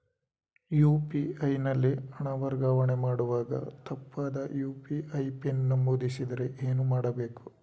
UPI ನಲ್ಲಿ ಹಣ ವರ್ಗಾವಣೆ ಮಾಡುವಾಗ ತಪ್ಪಾದ ಯು.ಪಿ.ಐ ಪಿನ್ ನಮೂದಿಸಿದರೆ ಏನು ಮಾಡಬೇಕು?